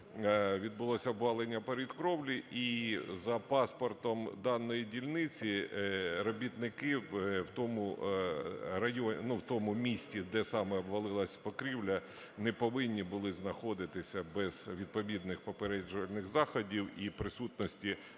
відбулося обвалення порід крівлі, і за паспортом даної дільниці робітників в тому місці, де саме обвалилась покрівля, не повинні були знаходитися без відповідних попереджувальних заходів і присутності